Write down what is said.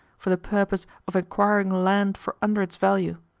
for the purpose of acquiring land for under its value.